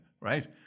right